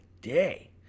day